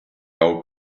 old